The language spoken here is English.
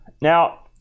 Now